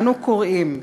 אנו קוראים,